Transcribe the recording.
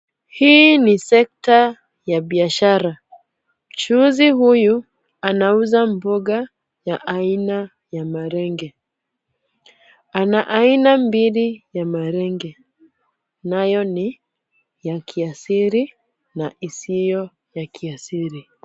Hii ni sekta ya biashara, mchuuzi huyu anauza mboga ya aina ya malenge, ana aina mbili ya malenge, nayo ni ya kiasili na isiyo ya kiasili.